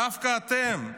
דווקא אתם,